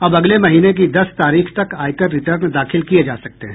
अब अगले महीने की दस तारीख तक आयकर रिटर्न दाखिल किये जा सकते हैं